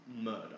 murder